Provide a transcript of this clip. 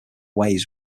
ways